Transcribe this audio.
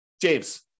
James